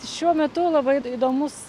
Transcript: šiuo metu labai įdomus